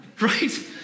right